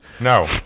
No